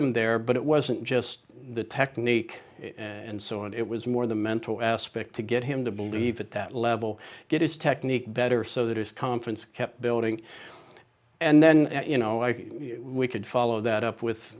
him there but it wasn't just the technique and so it was more the mental aspect to get him to believe at that level get his technique better so that his conference kept building and then you know i think we could follow that up with